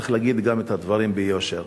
צריך להגיד את הדברים ביושר.